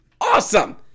Awesome